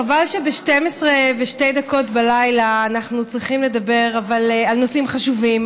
חבל שב-00:02 אנחנו צריכים לדבר על נושאים חשובים,